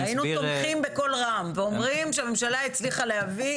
היינו סומכים בקול רם ואומרים שהממשלה הצליחה להביא